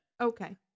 Okay